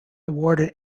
awarded